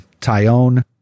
Tyone